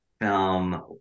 film